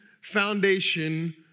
foundation